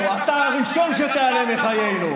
מה עם להיכנס באימ-אימא של הרבנות?